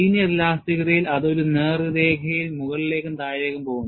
linear ഇലാസ്തികതയിൽ അത് ഒരു നേർരേഖയിൽ മുകളിലേക്കും താഴേക്കും പോകും